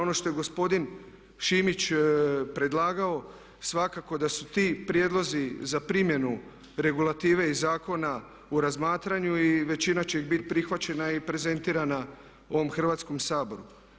Ono što je gospodin Šimić predlagao, svakako da su ti prijedlozi za primjenu regulative iz zakona u razmatranju i većina će ih biti prihvaćena i prezentirana u ovom Hrvatskom saboru.